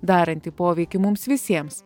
daranti poveikį mums visiems